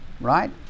Right